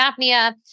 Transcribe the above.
apnea